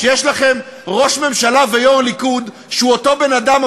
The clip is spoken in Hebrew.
שיש לכם ראש ממשלה ויו"ר ליכוד שהוא אותו בן-אדם,